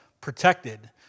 protected